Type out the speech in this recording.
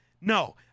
No